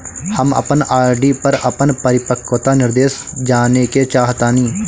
हम अपन आर.डी पर अपन परिपक्वता निर्देश जानेके चाहतानी